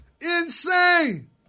Insane